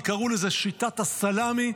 קראו לזה שיטת הסלמי,